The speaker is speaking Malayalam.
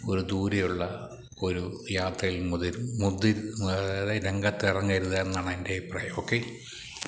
ഒരു ദൂരെയുള്ള ഒരു യാത്രയിൽ മുതിരു മുതിര് അതായത് രംഗത്ത് ഇറങ്ങരുത് എന്നാണ് എൻ്റെ അഭിപ്രായം ഓക്കേ